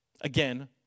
again